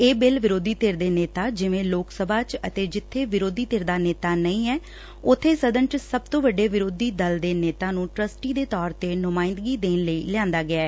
ਇਹ ਬਿੱਲ ਵਿਰੋਧੀ ਧਿਰ ਦੇ ਨੇਤਾ ਜਿਵੇ ਲੋਕ ਸਭਾ ਚ ਅਤੇ ਜਿੱਥੇ ਵਿਰੋਧੀ ਧਿਰ ਦਾ ਨੇਤਾ ਨਹੀ ਐ ਉਬੇ ਸਦਨ ਚ ਸਭ ਤੋਂ ਵੱਡੇ ਵਿਰੋਧੀ ਦਲ ਦੇ ਨੇਤਾ ਨੂੰ ਟਰਸਟੀ ਦੇ ਤੌਰ ਤੇ ਨੁਮਾਇੰਦਗੀ ਦੇਣ ਲਈ ਲਿਆਇਆ ਗਿਐ